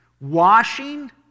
washing